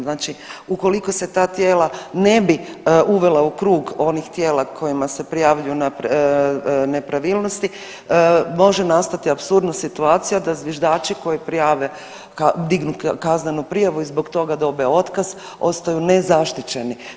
Znači, ukoliko se ta tijela ne bi uvela u krug onih tijela kojima se prijavljuju nepravilnosti može nastati apsurdna situacija da zviždači koji prijave dignu kaznenu prijavu i zbog toga dobe otkaz, ostaju nezaštićeni.